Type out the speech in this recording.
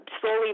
slowly